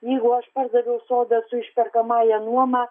jeigu aš pardaviau sodą su išperkamąja nuoma